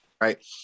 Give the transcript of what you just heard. right